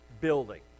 building